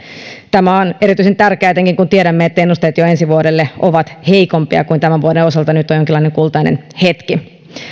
erityisen tärkeää etenkin kun tiedämme että ennusteet jo ensi vuodelle ovat heikompia kuin tämän vuoden osalta nyt on jonkinlainen kultainen hetki